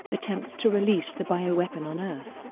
attempts to release the bioweapon on earth.